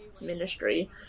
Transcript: ministry